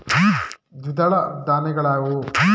ದ್ವಿದಳ ಧಾನ್ಯಗಳಾವುವು?